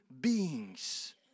beings